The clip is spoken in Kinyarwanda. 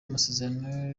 amasezerano